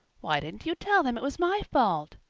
why didn't you tell them it was my fault?